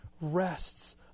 rests